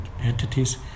entities